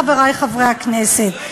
חברי חברי הכנסת.